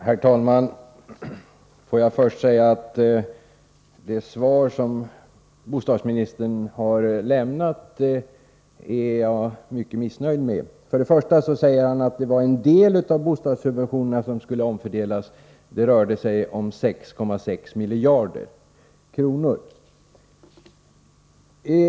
Herr talman! Jag är mycket missnöjd med det svar som bostadsministern har lämnat. Till att börja med säger han att det var ”en del” av bostadssubventionerna som skulle omfördelas. Det rörde sig om 6,6 miljarder kronor.